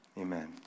amen